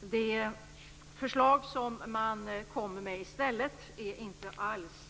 Det förslag man kommer med i stället är inte alls